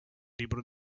libro